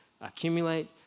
Accumulate